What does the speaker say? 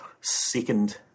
second